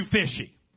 fishy